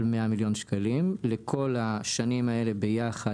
100 מיליון שקלים לכל השנים האלה ביחד,